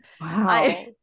Wow